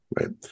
right